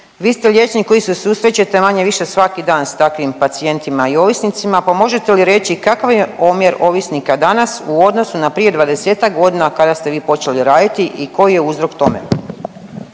Vi ste liječnik koji se susrećete manje-više svaki dan s takvim pacijentima i ovisnicima, pa možete li reći kakav je omjer ovisnika danas u odnosu na prije 20-ak godina kada ste vi počeli raditi i koji je uzrok tome.